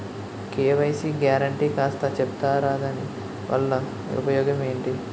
KYC guarantee కాస్త చెప్తారాదాని వల్ల ఉపయోగం ఎంటి?